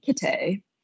Kite